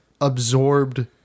absorbed